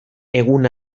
egun